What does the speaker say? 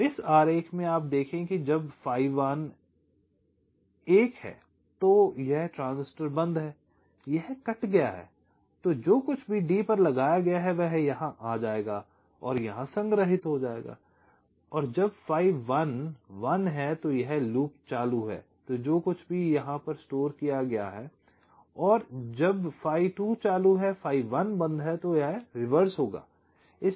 तो इस आरेख में आप देखें जब phi 1 1 है तो यह ट्रांजिस्टर बंद है यह कट गया है और जो कुछ भी D पर लगाया गया है वह यहां आ जाएगा और यहां संग्रहीत हो जाएगा और जब phi 1 1 है तो यह लूप चालू है और जो कुछ भी है यहाँ पर स्टोर किया गया है और जब phi 2 चालू है और phi 1 बंद है तो रिवर्स होगा